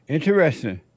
Interesting